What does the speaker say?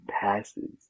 passes